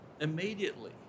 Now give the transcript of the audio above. immediately